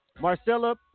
Marcella